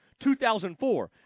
2004